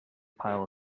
pile